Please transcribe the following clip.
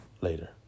later